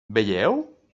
veieu